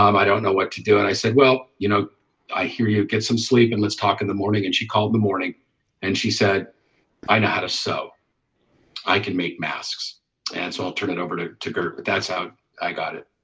um i don't know what to do and i said well, you know i hear you get some sleep and let's talk in the morning and she called the morning and she said i know how to sew i can make masks and so i'll turn it over to her, but that's how i got it.